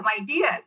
ideas